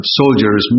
soldiers